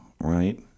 right